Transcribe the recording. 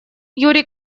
юрий